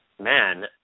Man